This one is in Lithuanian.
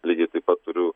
lygiai taip pat turiu